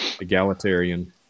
egalitarian